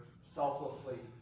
selflessly